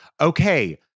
Okay